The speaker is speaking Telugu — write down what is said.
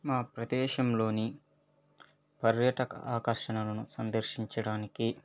మా ప్రదేశంలోని పర్యటక ఆకర్షణలను సందర్శించడానికి